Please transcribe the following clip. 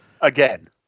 again